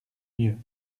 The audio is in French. mieux